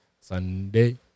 Sunday